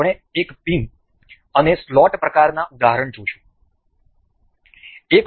હવે આપણે એક પિન અને સ્લોટ પ્રકારનાં ઉદાહરણ જોશું